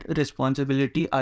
responsibility